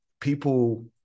people